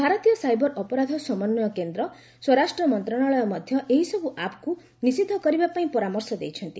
ଭାରତୀୟ ସାଇବର ଅପରାଧ ସମନ୍ୱୟ କେନ୍ଦ୍ର ସ୍ୱରାଷ୍ଟ୍ର ମନ୍ତ୍ରଣାଳୟ ମଧ୍ୟ ଏହିସବୁ ଆପ୍କୁ ନିଷିଦ୍ଧ କରିବା ପାଇଁ ପରାମର୍ଶ ଦେଇଛନ୍ତି